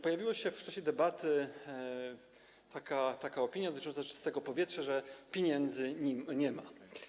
Pojawiła się w czasie debaty taka opinia dotycząca czystego powietrza, że pieniędzy nie ma.